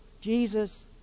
Jesus